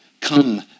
Come